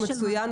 מצוין.